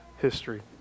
history